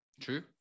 True